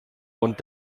und